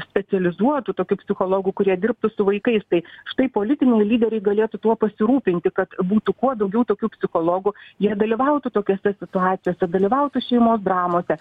specializuotų tokių psichologų kurie dirbtų su vaikais tai štai politiniai lyderiai galėtų tuo pasirūpinti kad būtų kuo daugiau tokių psichologų jie dalyvautų tokiose situacijose dalyvautų šeimos dramose